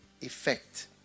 effect